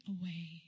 away